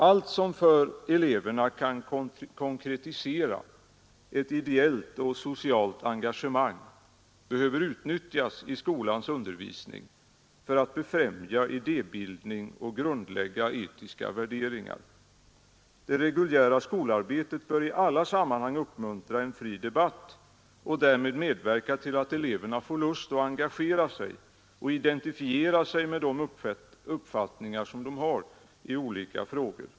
Allt som för eleverna kan konkretisera ett ideellt och socialt engagemang behöver utnyttjas i skolans undervisning för att befrämja idébildning och grundlägga etiska värderingar. Det reguljära skolarbetet bör i alla sammanhang uppmuntra en fri debatt och därmed medverka till att eleverna får lust att engagera sig i och identifiera sig med de uppfattningar som de har i olika frågor.